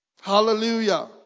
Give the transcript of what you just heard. Hallelujah